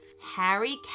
Harry